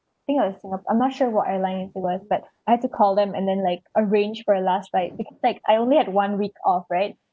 think it was I'm not sure what airlines it was but I had to call them and then like arrange for a last flight because like I only had one week off right